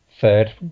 third